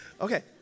Okay